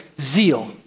zeal